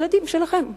ילדים שלכם.